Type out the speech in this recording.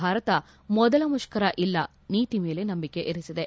ಭಾರತ ಮೊದಲ ಮುಷ್ಕರ ಇಲ್ಲ ನೀತಿ ಮೇಲೆ ನಂಬಿಕೆ ಇರಿಸಿದೆ